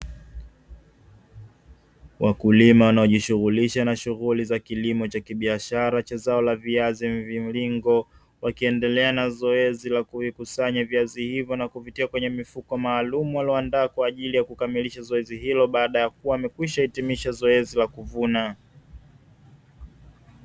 Wakulima wanaojishughulisha na shughuli za kilimo cha kibiashara cha zao la viazi mviringo, wakiendelea na zoezi la kuvikusanya viazi hivyo na kuvitia kwenye mifuko maalumu waliyoandaa kwa ajili ya kukamilisha zoezi hilo baada ya kuwa wamekwisha hitimisha zoezi la kuvuna.